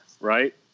right